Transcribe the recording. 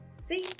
See